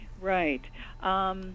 Right